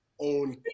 own